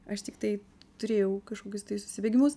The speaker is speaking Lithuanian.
aš tiktai turėjau kažkokius tai susibėgimus